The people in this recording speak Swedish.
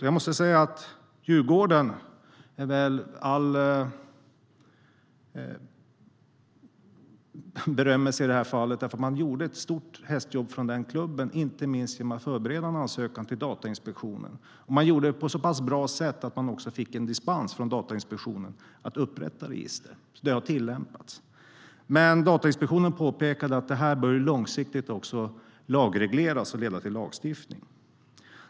Jag måste säga att Djurgården är värd allt beröm i det här fallet, för den klubben gjorde ett hästjobb inte minst genom att förbereda en ansökan till Datainspektionen. Man gjorde det också på ett så pass bra sätt att man fick dispens från Datainspektionen för att upprätta register. Det har alltså tillämpats. Datainspektionen påpekade dock att detta långsiktigt bör lagregleras och leda till lagstiftning.